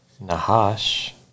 Nahash